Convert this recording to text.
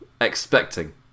expecting